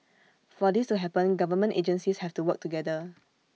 for this to happen government agencies have to work together